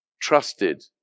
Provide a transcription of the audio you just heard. trusted